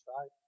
right